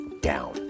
down